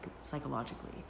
psychologically